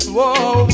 Whoa